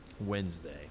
Wednesday